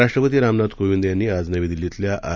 राष्ट्रपती रामनाथ कोविंद यांनी आज नवी दिल्लीतल्या आर